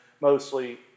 mostly